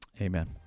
Amen